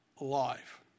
life